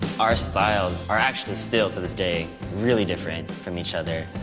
our styles are actually still to this day really different from each other.